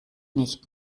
nicht